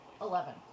eleven